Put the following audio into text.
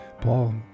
Paul